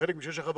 שחלק משש החברות